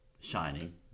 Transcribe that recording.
shining